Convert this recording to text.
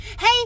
Hey